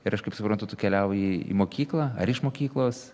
ir aš kaip suprantu tu keliauji į mokyklą ar iš mokyklos